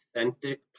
authentic